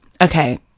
Okay